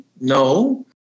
No